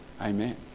Amen